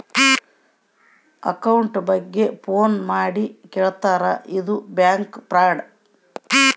account ಬಗ್ಗೆ phone ಮಾಡಿ ಕೇಳ್ತಾರಾ ಇದು ಬ್ಯಾಂಕ್ ಫ್ರಾಡ್